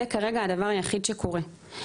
זה כרגע הדבר היחיד שקורה.